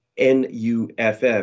NUFF